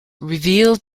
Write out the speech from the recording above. revealed